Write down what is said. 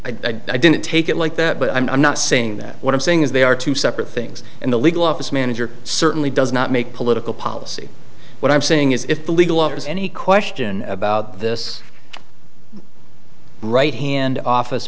i didn't take it like that but i'm not saying that what i'm saying is they are two separate things and the legal office manager certainly does not make political policy what i'm saying is if the legal up is any question about this right hand office